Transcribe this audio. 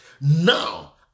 Now